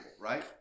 right